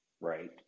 right